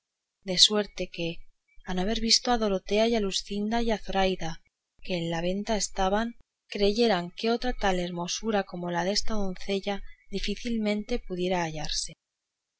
de suerte que a no haber visto a dorotea y a luscinda y zoraida que en la venta estaban creyeran que otra tal hermosura como la desta doncella difícilmente pudiera hallarse